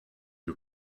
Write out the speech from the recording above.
you